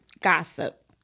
gossip